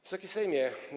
Wysoki Sejmie!